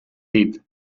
dit